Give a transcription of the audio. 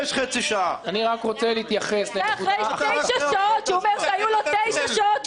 זה אחרי תשע שעות שדיבר.